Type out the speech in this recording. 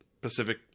Pacific